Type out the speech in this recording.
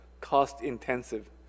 cost-intensive